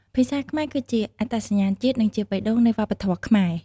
ភាសាខ្មែរគឺជាអត្តសញ្ញាណជាតិ និងជាបេះដូងនៃវប្បធម៌ខ្មែរ។